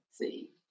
see